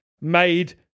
made